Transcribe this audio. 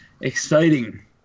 exciting